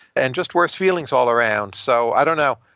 and just worse feelings all around. so i don't know.